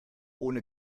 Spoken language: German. ohne